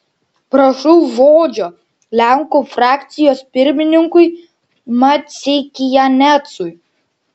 prašau žodžio lenkų frakcijos pirmininkui maceikianecui